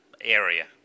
area